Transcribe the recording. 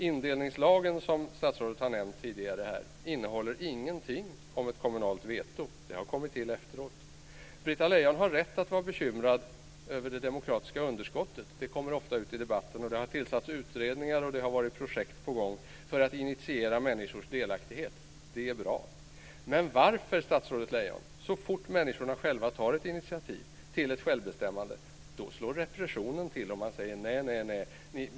Indelningslagen, som statsrådet nämnt tidigare här, innehåller ingenting om ett kommunalt veto, utan det har kommit till efteråt. Britta Lejon har rätt att vara bekymrad över det demokratiska underskottet - detta kommer ju ofta ut i debatten. Utredningar har tillsatts och projekt har varit på gång för att initiera människors delaktighet, och det är bra. Men varför, statsrådet Lejon, är det så att så fort människorna själva tar initiativ till självbestämmande slår repressionen till och man säger: Nej, nej, nej.